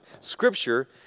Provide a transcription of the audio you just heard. Scripture